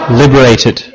liberated